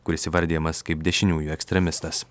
kuris įvardijamas kaip dešiniųjų ekstremistas